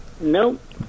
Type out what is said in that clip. Nope